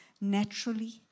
naturally